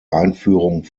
einführung